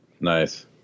Nice